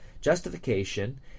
justification